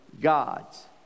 gods